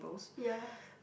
ya